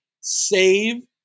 save